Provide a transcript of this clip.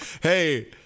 hey